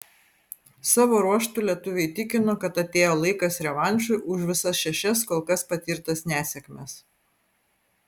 savo ruožtu lietuviai tikino kad atėjo laikas revanšui už visas šešias kol kas patirtas nesėkmes